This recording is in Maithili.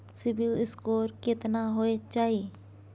सिबिल स्कोर केतना होय चाही?